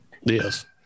Yes